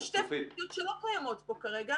אלה שתי פונקציות שלא קיימות פה כרגע.